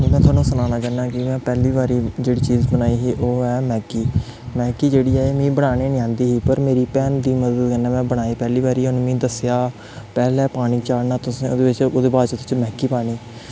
में थोआनू सनाना चाह्न्ना कि में पैह्ली बारी जेह्ड़ी चीज़ बनाई ही ओह् ऐ मैगी मैगी जेह्ड़ी ऐ एह् मिगी बनाना निं आंदी ही पर मेरे भैन दी मदद कन्नै में बनाई पैह्ली बारी उन्न मिगी दस्सेआ पैह्लें पानी चाढ़ना तुसें ओह्दे बिच्च ओह्दे बाद मैगी पानी